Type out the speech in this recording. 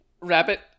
rabbit